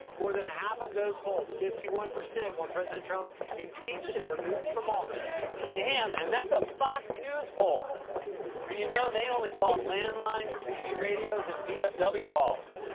more than half of those polled, fifty one, want president trump impeached and removed from office. damn, and that's a fox news poll. so you know they only called land lines, cb radios, and vfw halls.